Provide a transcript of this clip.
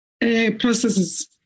processes